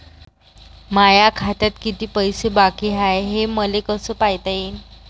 माया खात्यात किती पैसे बाकी हाय, हे मले कस पायता येईन?